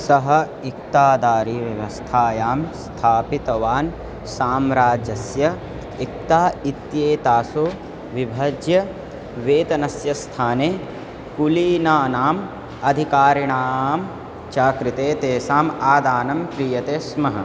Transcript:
सः इक्तादारीव्यवस्थायां स्थापितवान् साम्राज्यस्य इक्ता इत्येतासु विभज्य वेतनस्य स्थाने कुलीनानाम् अधिकारिणां च कृते तेषाम् आदानं क्रियते स्म